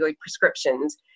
prescriptions